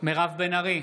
מירב בן ארי,